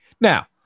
Now